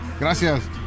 Gracias